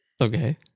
Okay